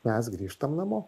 mes grįžtam namo